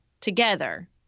together